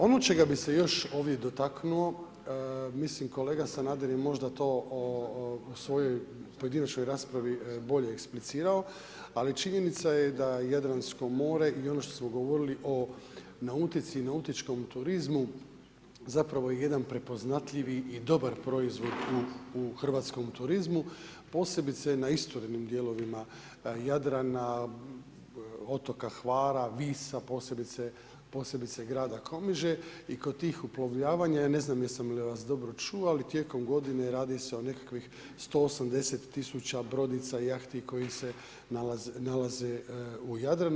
Ono čega bi se još ovdje dotaknuo mislim kolega Sanader je možda to u svojoj pojedinačnoj raspravi bolje eksplicirao, ali činjenica je da Jadransko more i ono što smo govorili o nautici i nautičkom turizmu zapravo je jedan prepoznatljivi i dobar proizvod u hrvatskom turizmu, posebice na isturenim dijelovima Jadrana, otoka Hvara, Visa, posebice Grada Komiže i kod tih uplovljavanja ja ne znam jesam li vas dobro čuo ali tijekom godine radi se o nekakvih 180 tisuća brodica, jahti koje se nalaze u Jadranu.